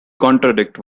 contradict